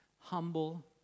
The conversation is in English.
humble